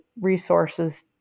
resources